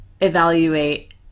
evaluate